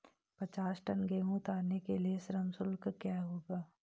पचास टन गेहूँ उतारने के लिए श्रम शुल्क क्या होगा?